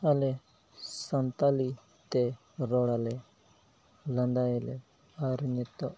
ᱟᱞᱮ ᱥᱟᱱᱛᱟᱲᱤ ᱛᱮ ᱨᱚᱲ ᱟᱞᱮ ᱞᱟᱸᱫᱟᱭᱟᱞᱮ ᱟᱨ ᱱᱤᱛᱚᱜ